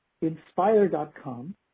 inspire.com